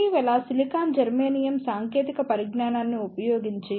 ఇటీవల silicon germanium సాంకేతిక పరిజ్ఞానాన్ని ఉపయోగించి